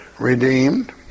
redeemed